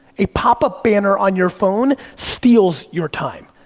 a pop up banner on your phone steals your time.